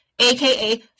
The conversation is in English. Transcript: aka